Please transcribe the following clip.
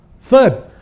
third